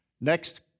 Next